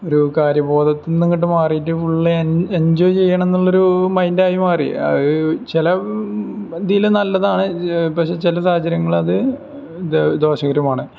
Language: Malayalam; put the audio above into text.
ഒരു കാര്യബോധത്തിൽ നിന്ന് അങ്ങോട്ട് മാറിയിട്ട് ഫുള്ള് എൻ എൻജോയ് ചെയ്യാണെന്നുള്ളൊരു മൈൻഡായി മാറി ചില ഇതിലും നല്ലതാണ് പക്ഷേ ചില സാഹചര്യങ്ങളത് ഇത് ദോഷകരവുമാണ്